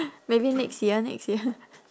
maybe next year next year